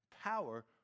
power